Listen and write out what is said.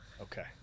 Okay